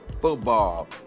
football